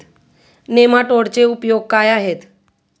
नेमाटोडचे उपयोग काय आहेत?